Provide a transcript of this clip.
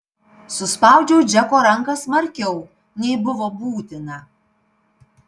suspaudžiau džeko ranką smarkiau nei buvo būtina